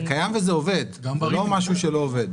זה לא משהו שלא עובד.